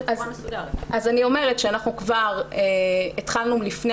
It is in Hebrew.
אז אני אומרת שאנחנו כבר התחלנו לפני